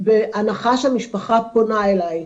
בהנחה שמשפחה פונה אלי,